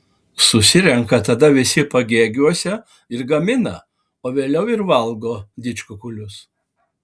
susirenka tada visi pagėgiuose ir gamina o vėliau ir valgo didžkukulius